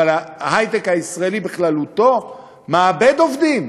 אבל ההיי-טק הישראלי בכללותו מאבד עובדים,